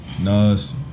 Nas